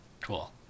cool